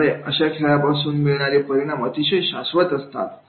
त्यामुळे अशा खेळापासून मिळणारे परिणाम अतिशय शाश्वत असतात